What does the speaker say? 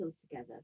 together